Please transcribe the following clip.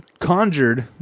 conjured